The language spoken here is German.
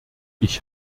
ich